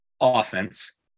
offense